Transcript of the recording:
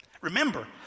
Remember